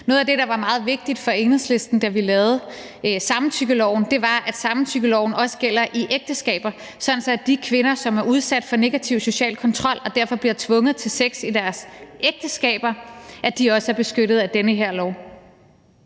Noget af det, der var meget vigtigt for Enhedslisten, da vi lavede samtykkeloven, var, at samtykkeloven også gælder i ægteskaber, sådan at de kvinder, som er udsat for negativ social kontrol og derfor bliver tvunget til sex i deres ægteskaber, også er beskyttet af den her lov.